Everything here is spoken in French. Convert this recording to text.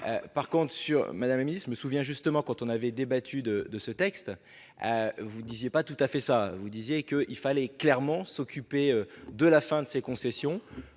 par compte sur Madame me souviens justement quand on avait débattu de ce texte, vous ne disiez pas tout à fait ça, vous disiez que il fallait clairement s'occuper de la fin de ces concessions,